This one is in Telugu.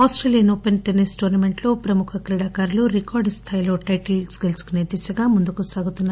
ఆస్టేలియన్ ఓపెన్ టెన్నిస్ టోర్న మెంట్టో ప్రముఖ క్రీడాకారులు రికార్డుస్థాయిలో టైటిల్ గెలుచుకుసే దిశగా ముందుకు సాగుతున్నారు